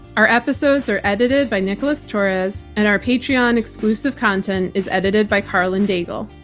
our episodes are edited by nicholas torres and our patreon exclusive content is edited by karlyn daigle.